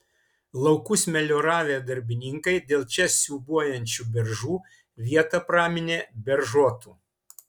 laukus melioravę darbininkai dėl čia siūbuojančių beržų vietą praminė beržotu